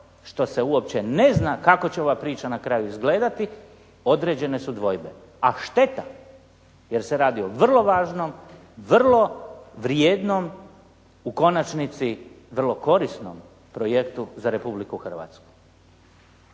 što se uopće ne zna kako će ova priča na kraju izgledati određene su dvojbe. A šteta, jer se radi o vrlo važnom, vrlo vrijednom, u konačnici vrlo korisnom projektu za Republiku Hrvatsku.